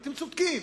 אתם צודקים.